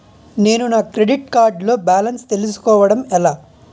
నేను నా credit card లో బాలన్స్ తెలుసుకోవడం ఎలా?